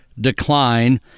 decline